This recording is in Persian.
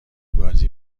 بازی